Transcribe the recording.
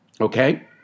Okay